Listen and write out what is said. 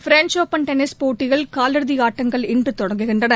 French open tennis போட்டியில் காலிறுதிய ஆட்டங்கள் இன்று தொடங்குகின்றன